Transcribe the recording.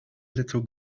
little